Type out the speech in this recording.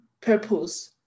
purpose